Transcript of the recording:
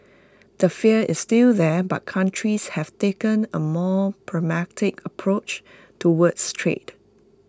the fear is still there but countries have taken A more pragmatic approach towards trade